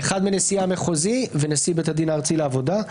אחד מנשיאי המחוזי ונשיא בית הדין הארצי לעבודה.